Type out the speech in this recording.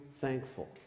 thankful